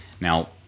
Now